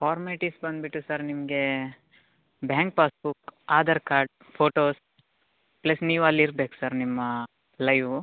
formalities ಬಂದುಬಿಟ್ಟು sir ನಿಮಗೆ bank passbook Aadhaar card photos plus ನೀವಲ್ಲಿರ್ಬೇಕು ಸರ್ ನಿಮ್ಮ ಲೈವ್